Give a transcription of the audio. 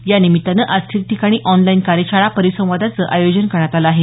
या निमित्तानं आज ठिकठिकाणी ऑनलाईन कार्यशाळा परिसंवादांचं आयोजन करण्यात आलं आहे